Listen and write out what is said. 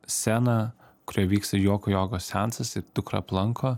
sceną kurioje vyksta juoko jogos seansas ir dukra aplanko